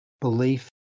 belief